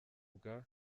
bwa